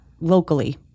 locally